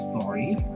story